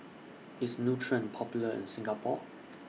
IS Nutren Popular in Singapore